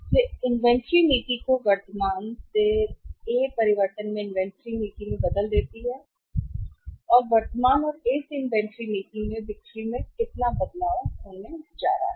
इसलिए इन्वेंट्री नीति को वर्तमान से ए परिवर्तन में इन्वेंट्री नीति में बदल देती है वर्तमान और ए से इन्वेंट्री नीति में बिक्री में कितना बदलाव होने जा रहा है